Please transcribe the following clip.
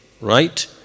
Right